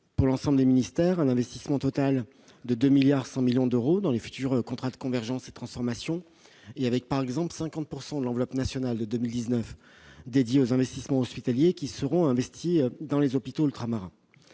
pour l'ensemble des ministères, un investissement total de 2,1 milliards d'euros dans les futurs contrats de convergence et de transformation. Par exemple, 50 % de l'enveloppe nationale qui sera dédiée en 2019 aux investissements hospitaliers sera consacrée aux hôpitaux ultramarins.